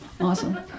Awesome